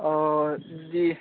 ꯑꯗꯨꯗꯤ